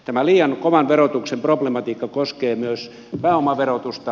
tämä liian kovan verotuksen problematiikka koskee myös pääomaverotusta